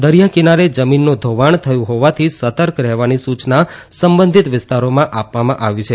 દરિયા કિનારે જમીનનું ધાવાણ થયું હાવાથી સતર્ક રહેવાની સૂચના સંબંધીત વિસ્તારામાં આપવામાં આવી છે